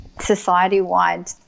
society-wide